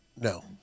no